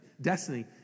destiny